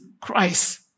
Christ